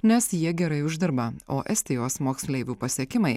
nes jie gerai uždirba o estijos moksleivių pasiekimai